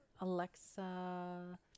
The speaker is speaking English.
Alexa